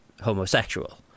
homosexual